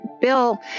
Bill